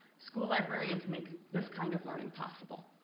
school librarians make this kind of learning possible.